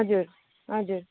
हजुर हजुर